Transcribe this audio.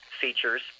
features